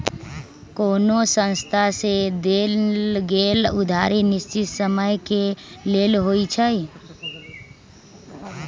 कोनो संस्था से देल गेल उधारी निश्चित समय के लेल होइ छइ